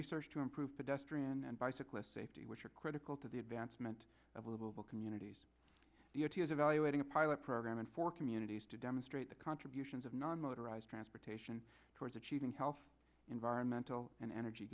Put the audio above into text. research to improve pedestrian and bicyclist safety which are critical to the advancement of little communities the o t is evaluating a pilot program and for communities to demonstrate the contributions of non motorized transportation towards achieving health environmental and energy